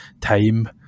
time